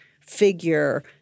figure